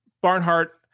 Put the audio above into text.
barnhart